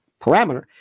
parameter